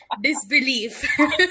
disbelief